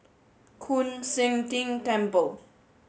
Koon Seng Ting Temple